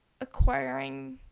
acquiring